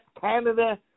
Canada